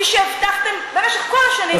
כפי שהבטחתם במשך כל השנים,